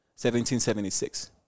1776